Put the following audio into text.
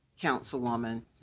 Councilwoman